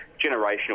generational